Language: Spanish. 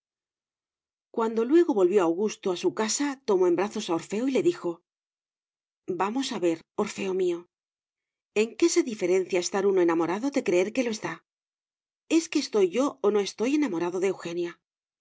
cuando luego volvió augusto a su casa tomó en brazos a orfeo y le dijo vamos a ver orfeo mío en qué se diferencia estar uno enamorado de creer que lo está es que estoy yo o no estoy enamorado de eugenia